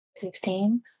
fifteen